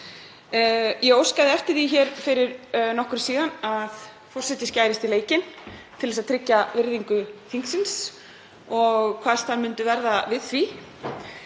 Ég óskaði eftir því fyrir nokkru síðan að forseti skærist í leikinn til að tryggja virðingu þingsins og kvaðst hann myndu verða við því.